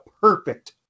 perfect